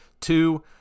Two